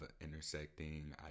intersecting